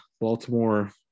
Baltimore